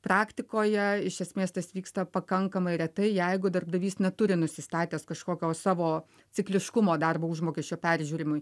praktikoje iš esmės tas vyksta pakankamai retai jeigu darbdavys neturi nusistatęs kažkokio savo cikliškumo darbo užmokesčio peržiūrimui